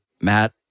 Matt